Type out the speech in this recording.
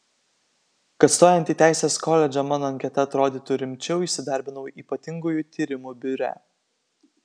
kad stojant į teisės koledžą mano anketa atrodytų rimčiau įsidarbinau ypatingųjų tyrimų biure